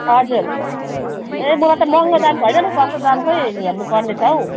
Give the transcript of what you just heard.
हजुर ए मलाई त महँगो दामको हैन नि सस्तो दामकै हेर्नुपर्ने छ हो